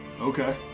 Okay